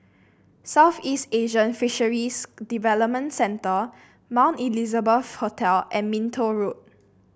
Southeast Asian Fisheries Development Centre Mount Elizabeth Hospital and Minto Road